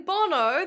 Bono